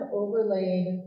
overlaid